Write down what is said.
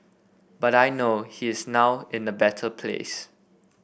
but I know he is now in a better place